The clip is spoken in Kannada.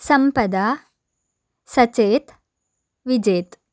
ಸಂಪದಾ ಸಚೇತ್ ವಿಜೇತ್